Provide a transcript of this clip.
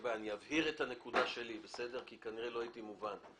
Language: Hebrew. אבהיר את הנקודה שלי כי כנראה לא הייתי מובן.